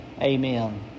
Amen